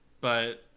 But-